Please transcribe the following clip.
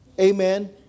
amen